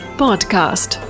podcast